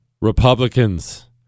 Republicans